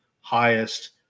highest